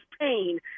pain